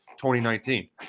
2019